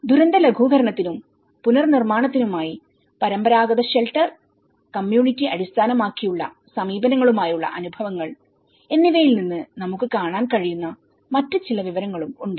അതിനാൽ ദുരന്ത ലഘൂകരണത്തിനും പുനർനിർമ്മാണത്തിനുമായി പരമ്പരാഗത ഷെൽട്ടർ കമ്മ്യൂണിറ്റി അടിസ്ഥാനമാക്കിയുള്ള സമീപനങ്ങളുമായുള്ള അനുഭവങ്ങൾ എന്നിവയിൽ നിന്ന് നമുക്ക് കാണാൻ കഴിയുന്ന മറ്റ് ചില വിവരങ്ങളും ഉണ്ട്